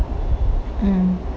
mm